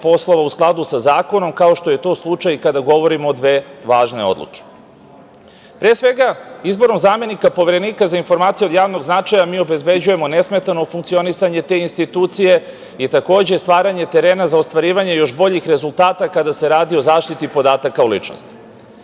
poslova u skladu sa zakonom, kao što je to slučaj kada govorimo o dve važne odluke. Pre svega, izborom zamenika Poverenika za informacije od javnog značaja mi obezbeđujemo nesmetano funkcionisanje te institucije i takođe stvaranje terena za ostvarivanje još boljih rezultata kada se radi o zaštiti podataka o ličnosti.Za